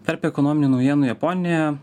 tarp ekonominių naujienų japonija